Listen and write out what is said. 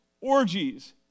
orgies